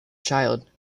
child